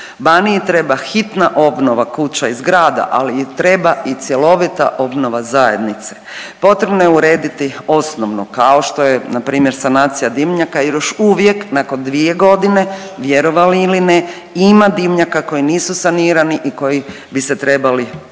baniji treba hitna obnova kuća i zgrada, ali i treba i cjelovita obnova zajednice. Potrebno je urediti osnovno, kao što je npr. sanacija dimnjaka jer još uvijek nakon dvije godine vjerovali ili ne, ima dimnjaka koji nisu sanirani i koji bi se trebali ili